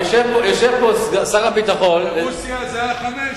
יושב פה שר הביטחון, ברוסיה זה היה חמש.